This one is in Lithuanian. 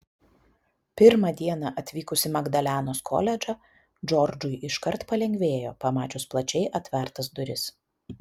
pirmą dieną atvykus į magdalenos koledžą džordžui iškart palengvėjo pamačius plačiai atvertas duris